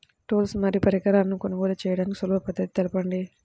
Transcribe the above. Tools మరియు పరికరాలను కొనుగోలు చేయడానికి సులభ పద్దతి తెలపండి?